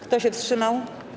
Kto się wstrzymał?